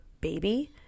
baby